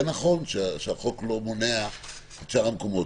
שהחוק לא מונע שאר המקומות.